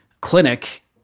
clinic